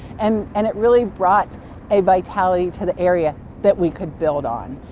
and and it really brought a vitality to the area that we could build on.